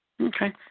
Okay